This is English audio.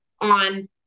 on